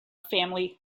family